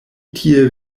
tie